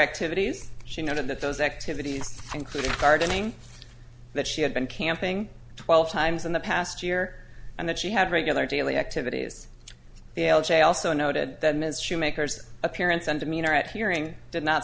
activities she noted that those activities including gardening that she had been camping twelve times in the past year and that she had regular daily activities the l j also noted that ms shoemakers appearance and demeanor at hearing did not